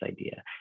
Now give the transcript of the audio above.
idea